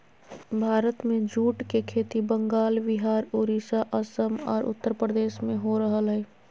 भारत में जूट के खेती बंगाल, विहार, उड़ीसा, असम आर उत्तरप्रदेश में हो रहल हई